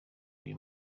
uyu